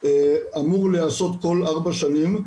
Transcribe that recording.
אמור להיעשות כל ארבע שנים.